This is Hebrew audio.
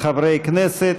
חברי הכנסת.